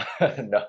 No